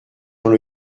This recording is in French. dans